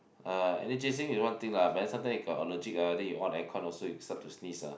uh energizing is one thing lah but then sometimes you got allergic ah then you on aircon also you start to sneeze ah